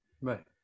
Right